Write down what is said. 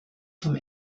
vom